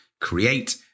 create